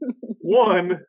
One